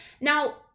Now